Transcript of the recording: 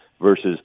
versus